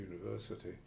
university